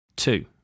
two